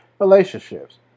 relationships